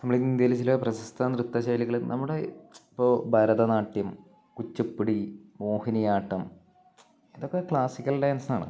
നമ്മുടെ ഇന്ത്യയിലെ ചില പ്രശസ്ത നൃത്തശൈലികള് നമ്മുടെ ഇപ്പോള് ഭരതനാട്യം കുച്ചിപ്പുടി മോഹിനിയാട്ടം ഇതൊക്കെ ക്ലാസിക്കൽ ഡാൻസാണ്